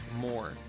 more